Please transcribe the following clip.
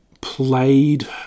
played